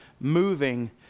moving